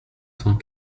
cent